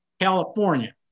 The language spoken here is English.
California